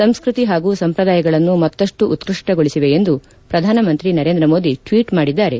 ಸಂಸ್ಟತಿ ಹಾಗೂ ಸಂಪ್ರದಾಯಗಳನ್ನು ಮತ್ತಷ್ಟು ಉತ್ತಷ್ಟಗೊಳಿಸಿವೆ ಎಂದು ಪ್ರಧಾನ ಮಂತ್ರಿ ನರೇಂದ್ರ ಮೋದಿ ಟ್ಟೀಟ್ ಮಾಡಿದ್ದಾರೆ